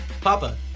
Papa